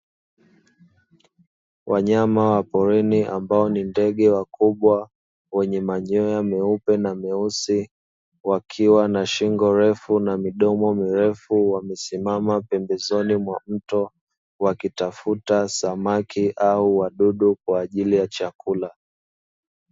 Wanyama wa porini ambao ni ndege wakubwa wenye manyoya meupe na meusi, wakiwa na shingo refu na midomo mirefu wamesimama pembezoni mwa mto, wakitafuta samaki au wadudu kwa ajili ya chakula.